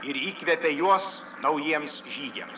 ir įkvepia juos naujiems žygiams